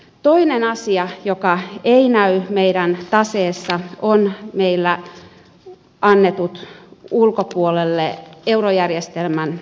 toinen asia joka ei näy meidän taseessa on meillä eurojärjestelmän ulkopuolelle annetut vakuudet